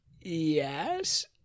Yes